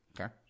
Okay